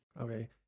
Okay